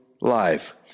life